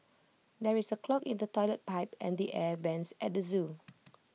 there is A clog in the Toilet Pipe and the air Vents at the Zoo